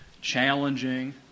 challenging